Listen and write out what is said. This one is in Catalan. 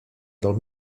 del